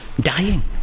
dying